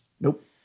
Nope